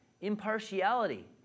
impartiality